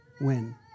win